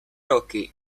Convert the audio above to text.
roky